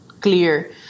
clear